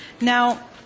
Now